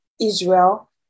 Israel